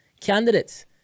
candidates